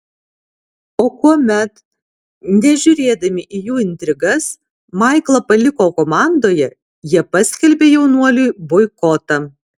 o kuomet nežiūrėdami į jų intrigas maiklą paliko komandoje jie paskelbė jaunuoliui boikotą